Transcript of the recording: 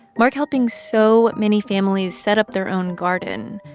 mark helping so many families set up their own garden.